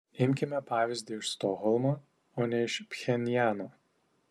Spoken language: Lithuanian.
imkime pavyzdį iš stokholmo o ne iš pchenjano